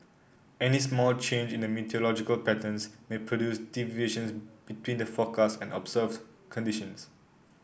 any small change in the meteorological patterns may produce deviations between the forecast and observes conditions